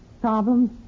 Problems